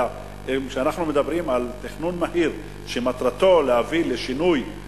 אלא אנחנו מדברים על תכנון מהיר שמטרתו להביא לשינוי,